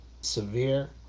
severe